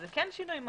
זה כן שינוי מהותי.